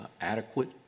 adequate